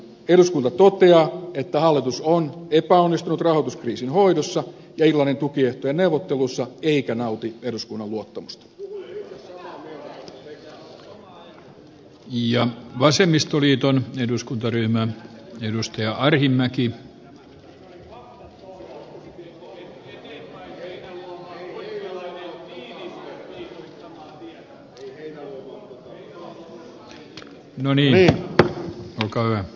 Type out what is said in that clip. eduskunta toteaa että hallitus on epäonnistunut rahoituskriisin hoidossa ja irlannin tukiehtojen neuvottelussa eikä nauti eduskunnan luottamusta ja siirtyy päiväjärjestykseen